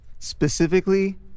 Specifically